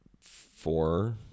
four